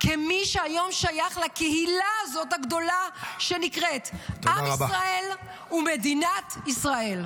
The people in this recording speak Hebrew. כמי שהיום שייכים לקהילה הגדולה הזאת שנקראת עם ישראל ומדינת ישראל.